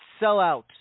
sellout